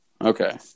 Okay